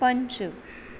पञ्च